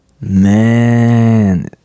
man